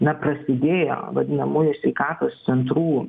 na prasidėjo vadinamųjų sveikatos centrų